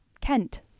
Kent